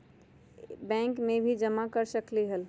Bank में भी जमा कर सकलीहल?